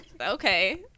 Okay